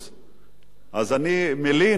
אז אני מלין על ההתנהלות, תודה.